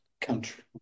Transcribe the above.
country